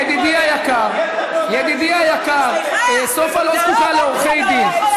ידידי היקר, סופה לא זקוקה לעורכי דין.